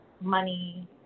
money